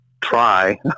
try